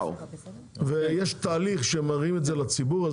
ויש תהליך שמראים את זה לציבור,